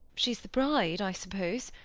she's the bride, i suppose.